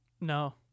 no